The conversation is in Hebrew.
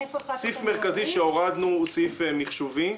סעיף מרכזי שהורדנו הוא סעיף מחשובי.